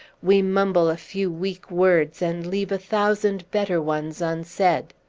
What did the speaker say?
we mumble a few weak words, and leave a thousand better ones unsaid.